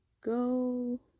go